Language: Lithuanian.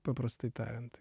paprastai tariant